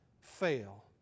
fail